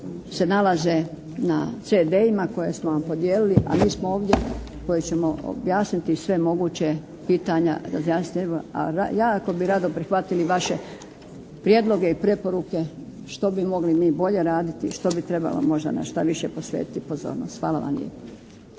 se nalaze na CD-ima koje smo vam podijelili, a mi smo ovdje koji ćemo objasniti sva moguća pitanja, razjasniti, a jako bi rado prihvatili vaše prijedloge i preporuke što bi mogli mi bolje raditi, što bi trebalo možda na šta više posvetiti pozornost. Hvala vam lijepa.